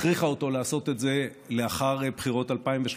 הכריחה אותו לעשות את זה, לאחר בחירות 2013,